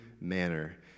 manner